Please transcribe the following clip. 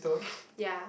ya